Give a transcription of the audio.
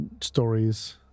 stories